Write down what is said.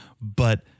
But-